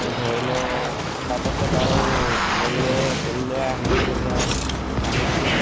ঘৰলৈ তাৰপাছত আৰু তল তললৈ আহিবলগীয়া আহিছোঁ